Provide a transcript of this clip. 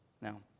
Now